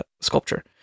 sculpture